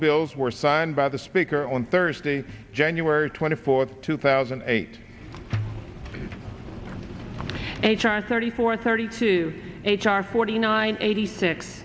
bills were signed by the speaker on thursday january twenty fourth two thousand and eight h r thirty four thirty two h r forty nine eighty six